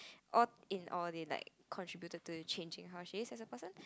all in all they like contributed to the change in how she is as a person